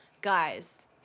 guys